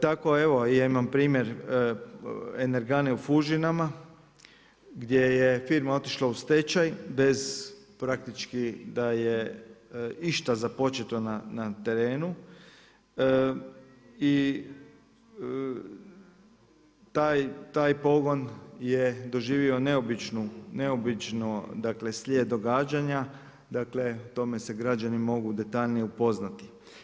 Tako evo ja imam primjer Energane u Fužinama gdje je firma otišla u stečaj bez praktički da je išta započeto na terenu i taj pogon je doživio neobičan slijed događanja, o tome se građani mogu detaljnije upoznati.